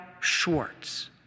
Schwartz